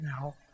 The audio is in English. now